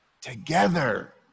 together